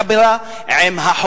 עם ועדות הקבלה,